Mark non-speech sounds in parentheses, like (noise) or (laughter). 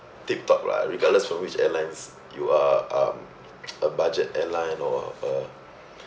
tip-top lah regardless from which airlines you are um (noise) a budget airline or a